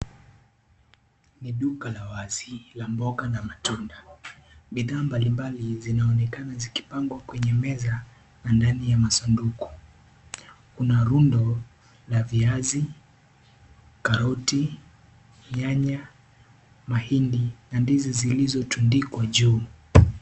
Ni duka la wazi, la mboga na matunda, bidhaa mbali mbai zinaonekana zikipangwa kwenye meza, na ndani ya masanduku, kuna rundo, la viazi, karoti, nyanya, mahindi, na ndizi zilizo tundikwa juu.